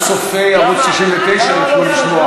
צופי ערוץ 99 יוכלו לשמוע.